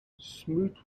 smoot